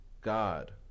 God